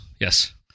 Yes